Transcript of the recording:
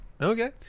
Okay